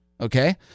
okay